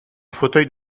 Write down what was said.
fauteuil